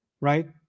Right